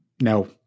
No